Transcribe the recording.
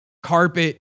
Carpet